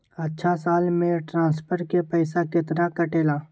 अछा साल मे ट्रांसफर के पैसा केतना कटेला?